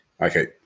Okay